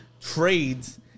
trades